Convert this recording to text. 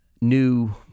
new